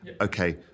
okay